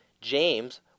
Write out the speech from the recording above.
James